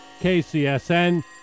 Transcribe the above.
KCSN